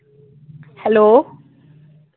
hello